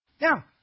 Now